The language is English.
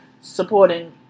supporting